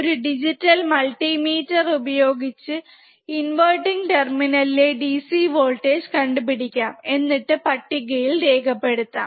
ഒരു digital multimeter ഉപയോഗിച്ച inverting terminal ലെ DC വോൾടേജ് കണ്ടുപിടിക്കാം എന്നിട്ട് പട്ടികയിൽ രേഖപെടുത്താം